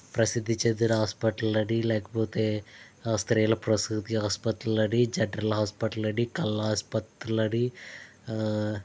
ప్రసిద్ధి చెందిన హాస్పటల్ అని లేకపోతే స్త్రీల ప్రసూతి ఆసుపత్రులు అని జనరల్ హాస్పటల్ అని కళ్ళ ఆసుపత్రులు అని